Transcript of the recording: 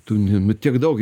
tu ne nu tiek daug